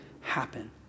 happen